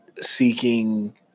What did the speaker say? seeking